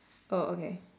oh okay